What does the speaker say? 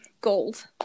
gold